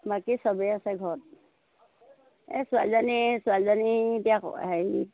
বাকী চবেই আছে ঘৰত এই ছোৱালজনী ছোৱালজনী এতিয়া হেৰি